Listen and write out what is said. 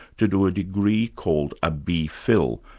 to do a degree called a b. phil,